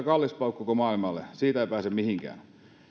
kallis paukku koko maailmalle siitä ei pääse mihinkään